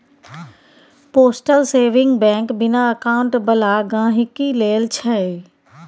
postal saving bank बिना account बला गहिंकी लेल छै